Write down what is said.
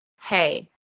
hey